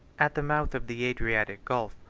at the mouth of the adriatic gulf,